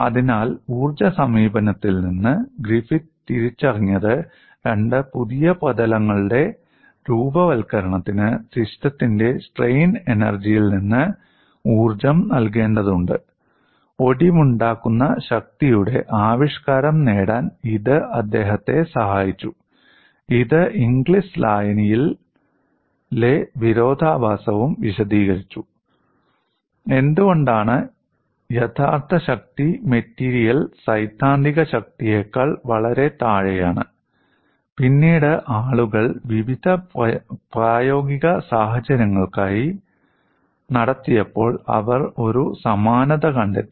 അതിനാൽ ഊർജ്ജ സമീപനത്തിൽ നിന്ന് ഗ്രിഫിത്ത് തിരിച്ചറിഞ്ഞത് രണ്ട് പുതിയ പ്രതലങ്ങളുടെ രൂപവത്കരണത്തിന് സിസ്റ്റത്തിന്റെ സ്ട്രെയിൻ എനർജിയിൽ നിന്ന് ഊർജ്ജം നൽകേണ്ടതുണ്ട് ഒടിവുണ്ടാക്കുന്ന ശക്തിയുടെ ആവിഷ്കാരം നേടാൻ ഇത് അദ്ദേഹത്തെ സഹായിച്ചു ഇത് ഇംഗ്ലിസ് ലായനിയിലെ വിരോധാഭാസവും വിശദീകരിച്ചു എന്തുകൊണ്ടാണ് യഥാർത്ഥ ശക്തി മെറ്റീരിയൽ സൈദ്ധാന്തിക ശക്തിയേക്കാൾ വളരെ താഴെയാണ് പിന്നീട് ആളുകൾ വിവിധ പ്രായോഗിക സാഹചര്യങ്ങൾക്കായി നടത്തിയപ്പോൾ അവർ ഒരു സമാനത കണ്ടെത്തി